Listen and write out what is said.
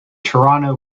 toronto